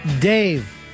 Dave